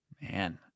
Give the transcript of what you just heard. Man